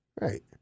Right